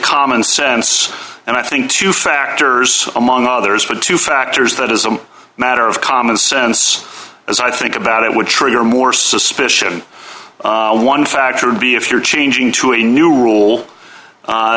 common sense and i think two factors among others but two factors that is a matter of common sense as i think about it would trigger more suspicion on one faction b if you're changing to a new rule